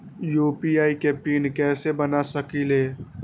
UPI के PIN कैसे बना सकीले?